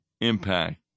impact